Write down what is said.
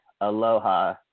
aloha